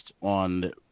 on